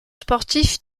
sportif